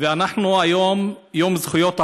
שאנחנו היום ביום זכויות החולה,